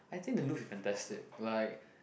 I think the loof is fantastic like